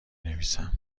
نویسم